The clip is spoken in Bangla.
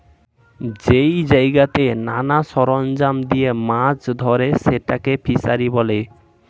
যেই জায়গাতে নানা সরঞ্জাম দিয়ে মাছ ধরে সেটাকে ফিসারী বলে